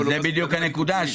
זו בדיוק הנקודה.